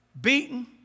beaten